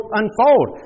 unfold